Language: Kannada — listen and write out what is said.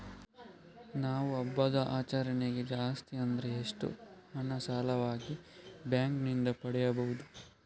ನಾವು ಹಬ್ಬದ ಆಚರಣೆಗೆ ಜಾಸ್ತಿ ಅಂದ್ರೆ ಎಷ್ಟು ಹಣ ಸಾಲವಾಗಿ ಬ್ಯಾಂಕ್ ನಿಂದ ಪಡೆಯಬಹುದು?